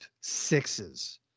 sixes